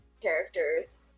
characters